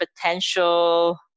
potential